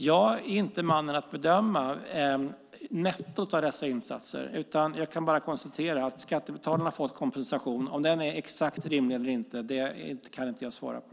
Jag är inte mannen att bedöma nettot av dessa insatser, utan jag kan bara konstatera att skattebetalarna har fått kompensation. Om den är rimlig eller inte kan inte jag svara på.